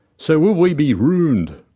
so will we be rooned?